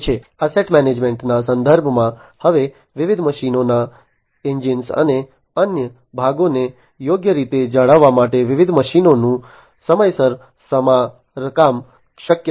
asset મેનેજમેન્ટના સંદર્ભમાં હવે વિવિધ મશીનોના એન્જિન અને અન્ય ભાગોને યોગ્ય રીતે જાળવવા માટે વિવિધ મશીનોનું સમયસર સમારકામ શક્ય છે